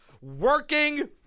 working